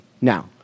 Now